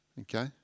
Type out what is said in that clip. okay